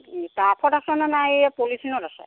টাবত আছেনে নাই এই পলিথিনত আছে